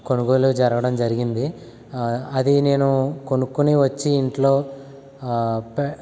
కొనుగోలు జరగడం జరిగింది అది నేను కొనుక్కుని వచ్చి ఇంట్లో ప